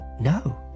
No